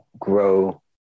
grow